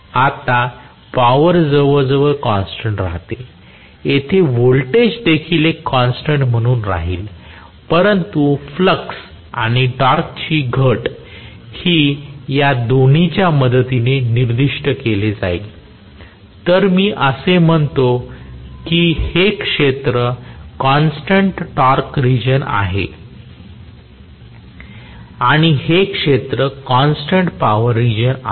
आता पॉवर जवळजवळ कॉन्स्टन्ट राहते येथे व्होल्टेज देखील एक कॉन्स्टन्ट म्हणून राहील परंतु फ्लक्स आणि टॉर्कची घट ही या दोन्हीच्या मदतीने निर्दिष्ट केली जाईल तर मी असे म्हणतो की हे क्षेत्र कॉन्स्टन्ट टॉर्क रिजन आहे आणि हे क्षेत्र कॉन्स्टन्ट पॉवर रिजन आहे